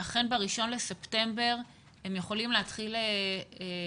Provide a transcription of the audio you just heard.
שאכן ב-1 בספטמבר הם יכולים להתחיל לעבוד?